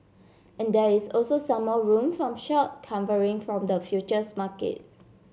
and there is also some more room from short covering from the futures market